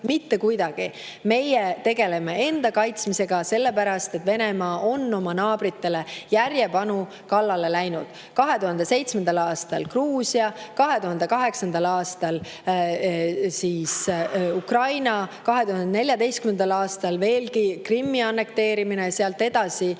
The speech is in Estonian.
Mitte kuidagi! Meie tegeleme enda kaitsmisega, sellepärast et Venemaa on oma naabritele järjepanu kallale läinud. 2007. aastal Gruusia, 2008. aastal Ukraina, 2014. aastal veel Krimmi annekteerimine ja sealt edasi juba